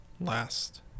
last